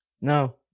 No